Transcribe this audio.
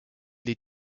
les